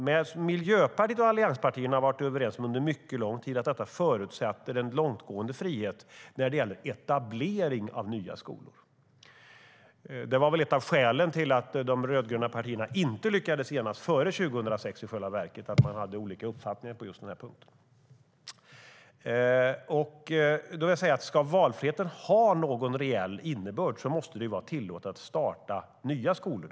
Men Miljöpartiet och allianspartierna har under mycket lång tid varit överens om att detta förutsätter en långtgående frihet när det gäller etablering av nya skolor. Det var väl ett av skälen till att de rödgröna partierna inte lyckades enas före 2006: Man hade olika uppfattningar på just den punkten. Ska valfriheten ha någon reell innebörd måste det vara tillåtet att starta nya skolor.